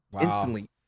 Instantly